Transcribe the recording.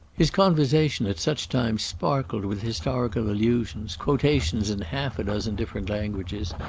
his conversation at such times sparkled with historical allusions, quotations in half a dozen different languages,